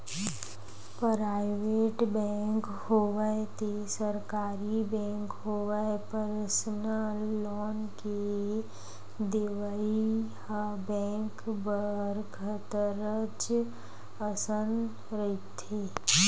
private bank होवय ते सरकारी बेंक होवय परसनल लोन के देवइ ह बेंक बर खतरच असन रहिथे